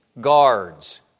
guards